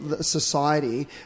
society